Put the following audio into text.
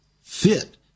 fit